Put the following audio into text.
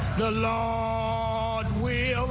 the lord will